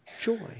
joy